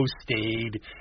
stayed